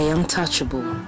Untouchable